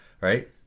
right